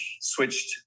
switched